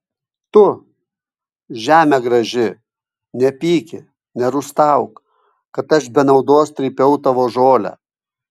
tu žeme graži nepyki nerūstauk kad aš be naudos trypiau tavo žolę